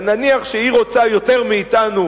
אבל נניח שהיא רוצה יותר מאתנו,